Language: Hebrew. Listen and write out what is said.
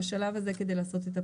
בשלב הזה כדי לעשות את הפריסה,